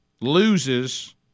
loses